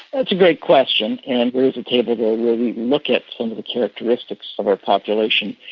that's a great question, and there is a table there where we look at some of the characteristics of our population.